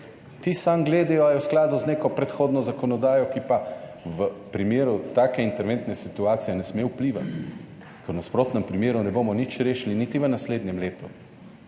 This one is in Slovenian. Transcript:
ti samo gledajo, ali je v skladu z neko predhodno zakonodajo, ki pa v primeru take interventne situacije ne sme vplivati, ker v nasprotnem primeru ne bomo nič rešili niti v naslednjem letu.